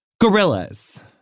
gorillas